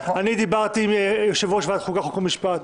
אני דיברתי עם יושב-ראש ועדת החוקה, חוק ומשפט.